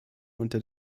unter